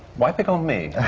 why pick on me?